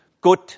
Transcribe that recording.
good